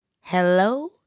Hello